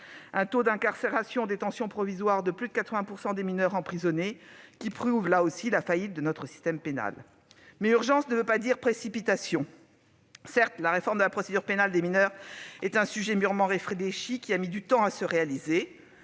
Le taux d'incarcération en détention provisoire de plus de 80 % des mineurs emprisonnés prouve, là aussi, la faillite de notre système pénal. Mais urgence ne veut pas dire précipitation. Certes, la réforme de la procédure pénale des mineurs est un sujet mûrement réfléchi qui a mis du temps à se réaliser.